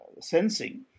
sensing